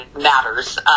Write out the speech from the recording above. matters